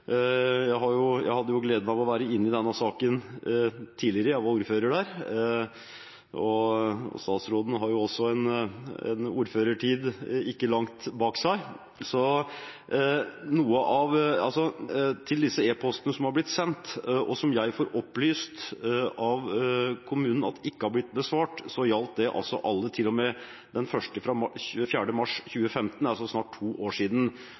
Jeg hadde gleden av å være inne i denne saken tidligere – jeg var ordfører der. Statsråden har jo også en ordførertid ikke langt bak seg. Når det gjelder de e-postene som har blitt sendt, og som jeg får opplyst av kommunen at ikke har blitt besvart, gjaldt det alle, til og med den første, fra 4. mars 2015, altså for snart to år siden.